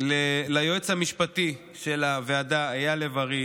ליועץ המשפטי של הוועדה אייל לב ארי,